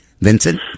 Vincent